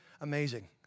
amazing